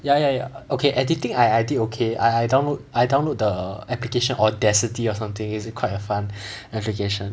ya ya ya okay editing I did okay I I download I download the application Audacity or something it's quite a fun application